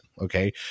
Okay